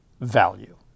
value